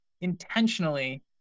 intentionally